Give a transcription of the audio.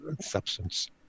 substance